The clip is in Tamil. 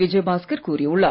விஜயபாஸ்கர் கூறியுள்ளார்